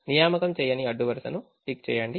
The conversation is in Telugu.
నియామకం చేయని అడ్డు వరుసను టిక్ చేయండి